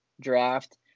draft